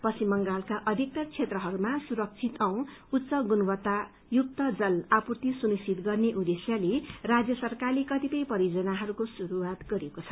पश्चिम बंगालका अधिकतर क्षेत्रहरूमा सुरक्षित औ उच्च गुणवत्ता युक्त जल आपूर्ति सुनिश्चित गर्ने उद्देश्यले राज्य सरकारले कतिपय परियोजनाहरू शुस्र गरिएको जानकारी दिएको छ